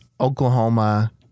Oklahoma